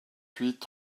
huit